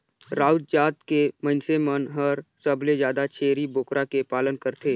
राउत जात के मइनसे मन हर सबले जादा छेरी बोकरा के पालन करथे